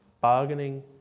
bargaining